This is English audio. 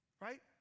Right